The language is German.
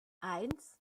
eins